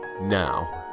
now